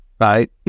right